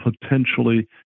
potentially